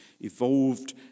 evolved